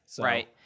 Right